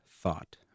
Thought